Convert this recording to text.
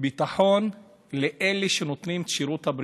ביטחון לאלה שנותנים את שירותי הבריאות,